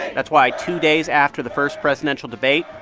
that's why, two days after the first presidential debate,